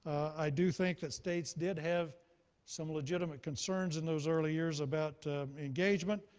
i do think that states did have some legitimate concerns in those early years about engagement.